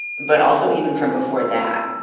but also even from before that.